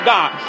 God